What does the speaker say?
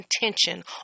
intention